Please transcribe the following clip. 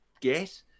get